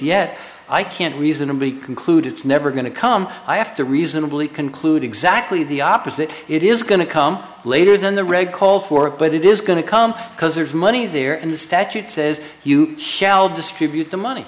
yet i can't reasonably conclude it's never going to come i have to reasonably conclude exactly the opposite it is going to come later than the reg call for it but it is going to come because there's money there and the statute says you shall distribute the money